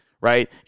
right